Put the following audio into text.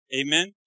Amen